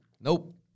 Nope